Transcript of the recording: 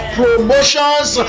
promotions